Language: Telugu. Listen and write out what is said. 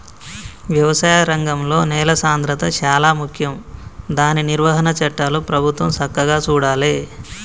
వ్యవసాయ రంగంలో నేల సాంద్రత శాలా ముఖ్యం దాని నిర్వహణ చట్టాలు ప్రభుత్వం సక్కగా చూడాలే